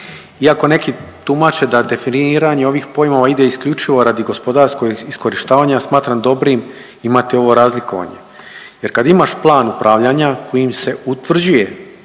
Iako neki tumače da definiranje ovih pojmova ide isključivo radi gospodarskog iskorištavanja ja smatram dobrim imati ovo razlikovanje jer kad imaš plan upravljanja kojim se utvrđuje